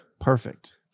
Perfect